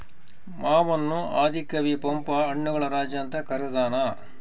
ಮಾವನ್ನು ಆದಿ ಕವಿ ಪಂಪ ಹಣ್ಣುಗಳ ರಾಜ ಅಂತ ಕರದಾನ